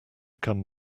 come